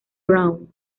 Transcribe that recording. brown